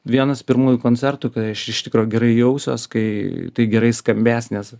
vienas pirmųjų koncertų kai aš iš tikro gerai jausiuos kai tai gerai skambės nes